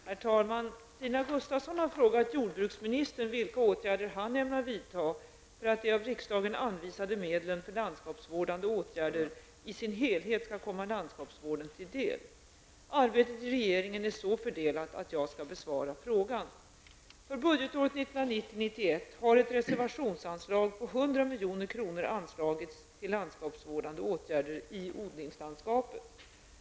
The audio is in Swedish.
Herr talman! Stina Gustavsson har frågat jordbruksministern vilka åtgärder han ämnar vidta för att de av riksdagen anvisade medlen för landskapsvårdande åtgärder i sin helhet skall komma landskapsvården till del. Arbetet i regeringen är så fördelat att jag skall besvara frågan. För budgetåret 1990/91 har ett reservationsanslag på 100 milj.kr. anslagits till landskapsvårdande åtgärder i odlingslandskapet.